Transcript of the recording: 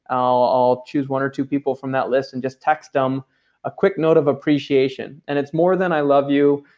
i'll choose one or two people from that list and just text them a quick note of appreciation. and it's more than, i love you,